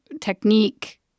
technique